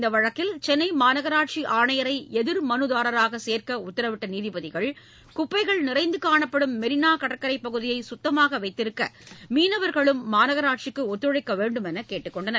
இந்த வழக்கில் சென்னை மாநகராட்சி ஆணையரை எதிர்மனுதாரராக சேர்க்க உத்தரவிட்ட நீதிபதிகள் குப்பைகள் நிறைந்து காணப்படும் மெரினா கடற்கரைப்பகுதியை சுத்தமாக வைத்திருக்க மீனவர்களும் மாநகராட்சிக்கு ஒத்துழைக்க வேண்டுமென்று கேட்டுக் கொண்டனர்